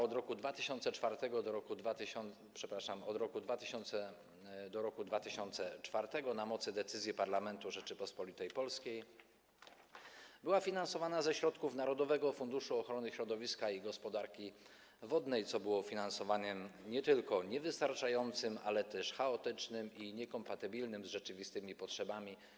Od roku 2004, przepraszam, od roku 2000 do roku 2004 na mocy decyzji parlamentu Rzeczypospolitej Polskiej była finansowana ze środków Narodowego Funduszu Ochrony Środowiska i Gospodarki Wodnej, co było finansowaniem nie tylko niewystarczającym, ale też chaotycznym i niekompatybilnym z rzeczywistymi potrzebami.